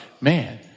man